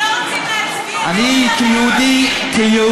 אנשים אצלכם לא רוצים להצביע, אדוני השר, רגע,